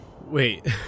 Wait